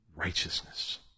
righteousness